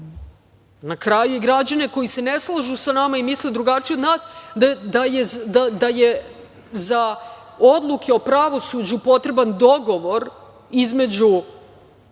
na kraju, i građane koji se ne slažu sa nama i misle drugačije od nas, da je za odluke o pravosuđu potreban dogovor između